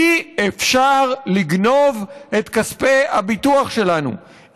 אי-אפשר לגנוב את כספי הביטוח שלנו,